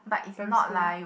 fame school